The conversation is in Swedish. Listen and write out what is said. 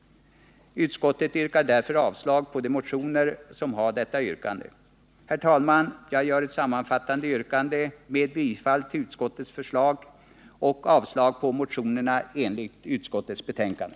Utskottet yrkar därför avslag på de motioner som avser prospektering i Jokkmokks kommun. Herr talman! Jag yrkar sammanfattningsvis bifall till utskottets förslag och avslag på de aktuella motionerna enligt utskottets betänkande.